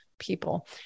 people